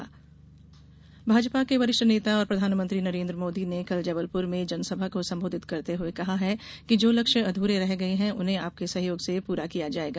मोदी भाजपा के वरिष्ठ नेता और प्रधानमंत्री नरेन्द्र मोदी ने कल जबलप्र में जनसभा को संबोधित करते हये कहा है कि जो लक्ष्य अध्रे रह गये हैं उन्हें आपके सहयोग से पूरा किया जायेगा